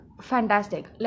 fantastic